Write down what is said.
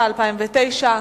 התש"ע 2009,